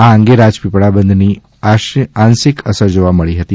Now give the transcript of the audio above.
આ અંગે રાજપીપલાબંધ ની આંશિક અસર જોવા મળી હતી